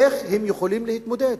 איך הם יכולים להתמודד?